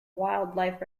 wildlife